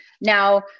Now